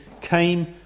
came